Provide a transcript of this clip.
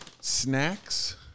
snacks